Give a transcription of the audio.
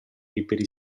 liberi